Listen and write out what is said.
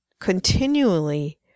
continually